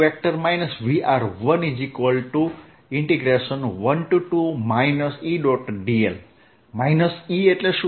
dl minus E એટલે શું